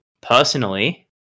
personally